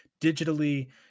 digitally